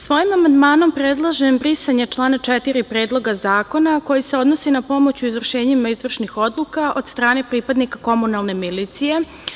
Svojim amandmanom predlažem brisanje člana 4. Predloga zakona, koji se odnosi na pomoć u izvršenjima izvršnih odluka od strane pripadnika komunalne milicije.